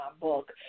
book